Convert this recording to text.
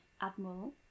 Admiral